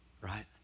Right